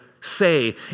say